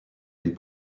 les